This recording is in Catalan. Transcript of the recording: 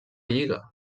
lliga